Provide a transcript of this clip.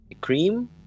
cream